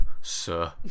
sir